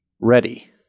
ready